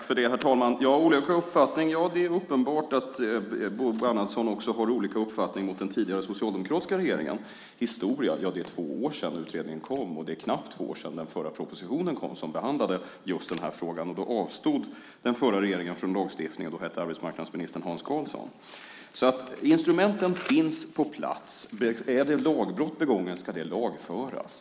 Herr talman! Olika uppfattning, säger Bo Bernhardsson. Det är uppenbart att Bo Bernhardsson och den tidigare socialdemokratiska regeringen också har olika uppfattning. Historia? Ja, det är två år sedan utredningen kom, och det är knappt två år sedan den förra propositionen kom, den som behandlade just den här frågan. Då avstod den förra regeringen från lagstiftning. Då hette arbetsmarknadsministern Hans Karlsson. Instrumenten finns på plats. Om ett lagbrott är begånget ska det lagföras.